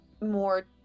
more